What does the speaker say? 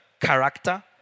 Character